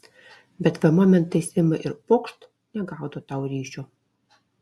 bet va momentais ima ir pokšt negaudo tau ryšio